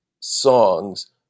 songs